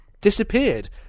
disappeared